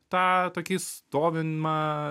tą tokį stovimą